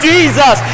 Jesus